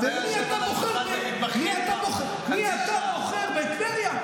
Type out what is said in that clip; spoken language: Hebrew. במי אתה בוחר בטבריה?